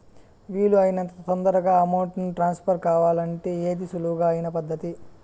వీలు అయినంత తొందరగా అమౌంట్ ను ట్రాన్స్ఫర్ కావాలంటే ఏది సులువు అయిన పద్దతి